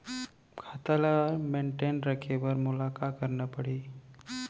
खाता ल मेनटेन रखे बर मोला का करना पड़ही?